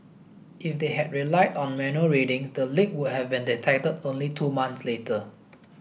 if they had relied on manual readings the leak would have been detected only two months later